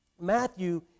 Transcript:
Matthew